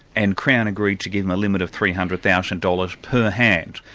and crown agreed to give him a limit of three hundred thousand dollars per hand.